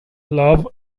love